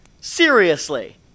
Seriously